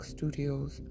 Studios